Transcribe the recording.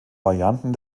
varianten